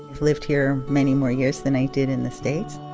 i've lived here many more years than i did in the states